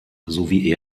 sowie